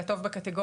של הטוב בקטגוריה,